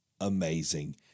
amazing